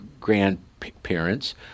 grandparents